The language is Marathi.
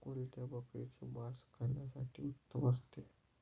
कोणत्या बकरीचे मास खाण्यासाठी उत्तम असते?